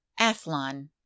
Athlon